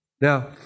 Now